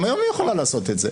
גם היום היא יכולה לעשות את זה.